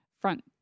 front